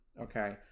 Okay